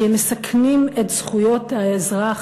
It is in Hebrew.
כי הם מסכנים את זכויות האזרח,